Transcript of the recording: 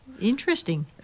Interesting